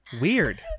Weird